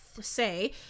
say